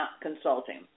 Consulting